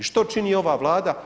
I što čini ova Vlada?